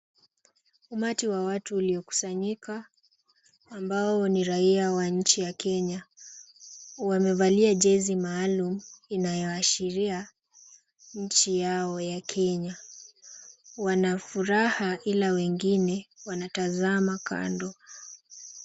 Umati wa watu uliokusanyika ambao ni raia wa nchi ya Kenya. Wamevalia jezi maalum inayoashiria nchi yao ya Kenya. Wana furaha ila wengine wanatazama kando.